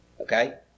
okay